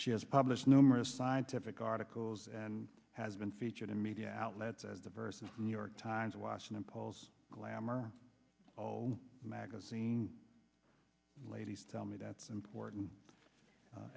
she has published numerous scientific articles and has been featured in media outlets as diverse in new york times washington post glamour o magazine ladies tell me that's important